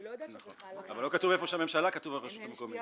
לא יודעת --- גם לא כתוב איפה שהממשלה כתוב הרשות המקומית.